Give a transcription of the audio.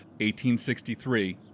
1863